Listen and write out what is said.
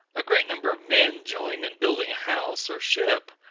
a great number of men join in building a house or ship,